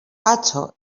atzo